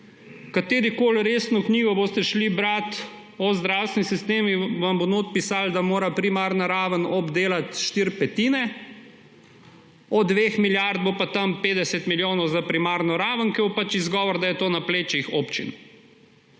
Katerokoli resno knjigo boste brali, o zdravstvenih sistemih, vam bo notri pisalo, da mora primarna raven obdelati štiri petine. Od dveh milijard bo pa okoli 50 milijonov za primarno raven, ker bo pač izgovor, da je to na plečih občin.